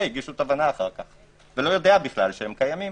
הגישו תובענה אחר כך ולא יודע שהם קיימים.